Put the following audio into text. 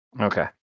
Okay